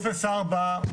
טופס 4,